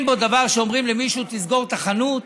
אין בו דבר שאומרים למישהו: תסגור את החנות.